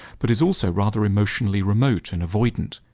but is also rather emotionally remote and avoidant.